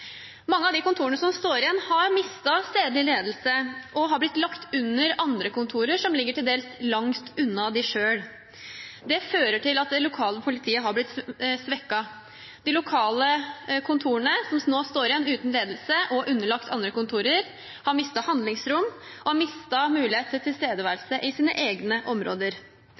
Mange av de kontorene som står igjen, har mistet stedlig ledelse og har blitt lagt under andre kontorer, som ligger til dels langt unna dem selv. Det fører til at det lokale politiet har blitt svekket. De lokale kontorene som nå står igjen uten ledelse og er underlagt andre kontorer, har mistet handlingsrom og mulighet til tilstedeværelse i sine egne områder,